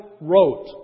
wrote